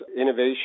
innovation